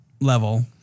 level